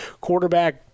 quarterback